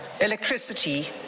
electricity